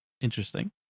Interesting